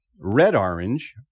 red-orange